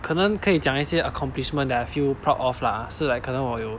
可能可以讲一些 accomplishment that I feel proud of lah 是 like 可能我有